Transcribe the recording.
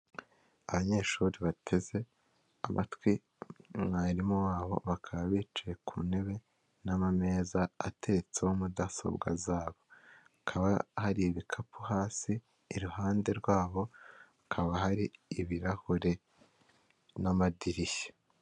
Umuhanda munini hakurya y'umuhanda hari inzu nini icururizwamo ibintu bitandukanye hari icyapa cy'amata n'icyapa gicuruza farumasi n'imiti itandukanye.